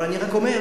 אבל אני רק אומר,